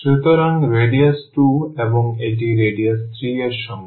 সুতরাং রেডিয়াস 2 এবং এটি রেডিয়াস 3 এর সঙ্গে